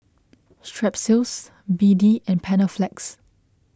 Strepsils B D and Panaflex